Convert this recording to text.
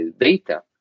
data